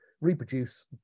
reproduce